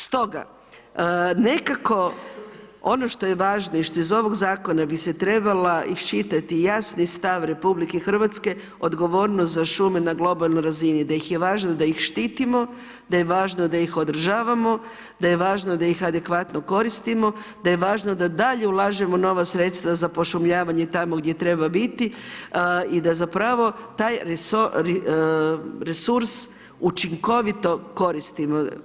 Stoga, nekako ono što je važno i što iz ovog zakona bi se trebala iščitati jasni stav RH, odgovornost za šume na globalnoj razini, da je važno da ih štitimo, da je važno da ih održavamo, da je važno, da ih adekvatno koristimo, da je važno da i dalje ulažemo nova sredstva za pošumljavanje tamo gdje treba biti i da zapravo taj resurs učinkovito koristimo.